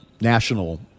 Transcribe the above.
national